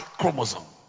chromosome